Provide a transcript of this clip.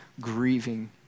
grieving